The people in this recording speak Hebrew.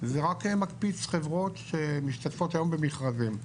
זה רק מקפיץ חברות שמשתתפות היום במכרזים.